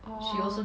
orh